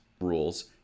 rules